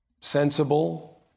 sensible